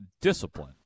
discipline